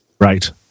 Right